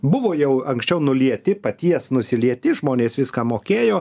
buvo jau anksčiau nulieti paties nusilieti žmonės viską mokėjo